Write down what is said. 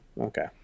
okay